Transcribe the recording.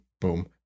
boom